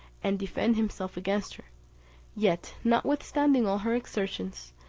and defend himself against her yet, notwithstanding all her exertions,